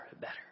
better